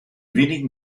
wenigen